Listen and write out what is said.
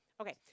okay